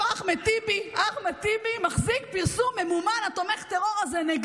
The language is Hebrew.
אחמד טיבי מחזיק פרסום ממומן נגדי,